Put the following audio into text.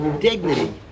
Dignity